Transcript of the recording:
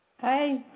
Hi